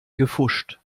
gepfuscht